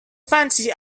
fancy